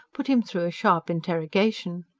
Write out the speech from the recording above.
put him through a sharp interrogation.